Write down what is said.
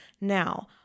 now